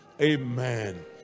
Amen